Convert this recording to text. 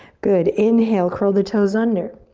good, inhale curl the toes under.